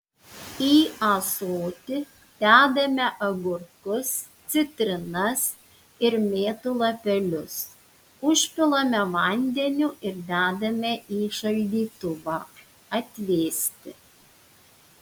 į ąsoti dedame agurkus citrinas ir mėtų lapelius užpilame vandeniu ir dedame į šaldytuvą atvėsti